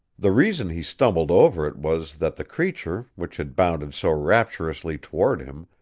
the reason he stumbled over it was that the creature, which had bounded so rapturously toward him,